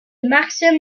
maxim